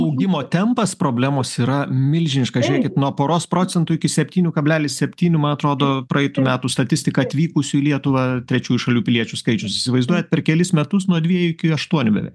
augimo tempas problemos yra milžiniškas žiūrėkit nuo poros procentų iki septynių kalblelis septynių man atrodo praeitų metų statistika atvykusių į lietuvą trečiųjų šalių piliečių skaičius įsivaizduojat per kelis metus nuo dviejų iki aštuonių beveik